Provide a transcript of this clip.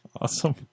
Awesome